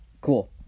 cool